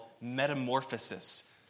metamorphosis